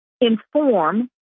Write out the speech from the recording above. inform